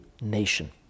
nation